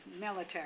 military